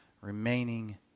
remaining